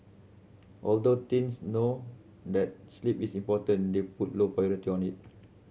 although teens know that sleep is important they put low priority on it